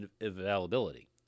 availability